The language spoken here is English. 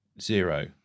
zero